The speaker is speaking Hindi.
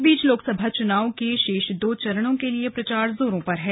इस बीच लोकसभा चुनाव के शेष दो चरणों के लिए प्रचार जोरों पर है